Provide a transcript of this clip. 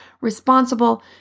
responsible